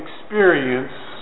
experience